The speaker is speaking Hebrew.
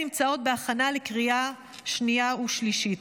נמצאות בהכנה לקריאה שנייה ושלישית.